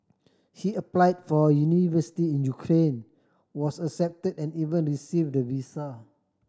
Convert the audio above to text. he applied for university in Ukraine was accept and even received the visa